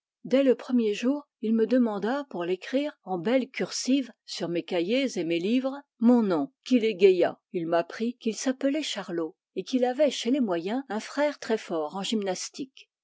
dès le premier jour il me demanda pour l'écrire en belle cursive sur mes cahiers et mes livres mon nom qui l'égaya il m'apprit qu'il s'appelait charlot et qu'il avait chez les moyens un frère très fort en gymnastique